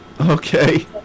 Okay